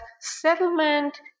settlement